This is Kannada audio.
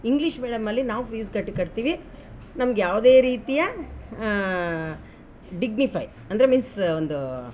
ಇಂಗ್ಲೀಷ್ ಮೀಡಿಯಮ್ ಅಲ್ಲಿ ನಾವು ಫೀಸ್ ಕಟ್ಟಿ ಕಟ್ತಿವಿ ನಮ್ಗೆ ಯಾವುದೇ ರೀತಿಯ ಡಿಗ್ನಿಫೈ ಅಂದರೆ ಮೀನ್ಸ್ ಒಂದು